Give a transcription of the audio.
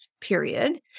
period